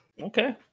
Okay